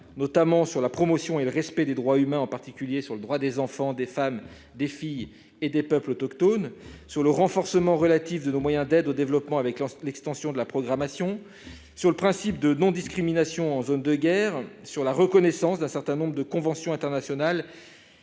notamment sur la promotion et le respect des droits humains, en particulier le droit des enfants, des femmes, des filles et des peuples autochtones, sur le renforcement relatif de nos moyens d'aide au développement, avec l'extension de la programmation, sur le principe de non-discrimination en zone de guerre, sur la reconnaissance d'un certain nombre de conventions internationales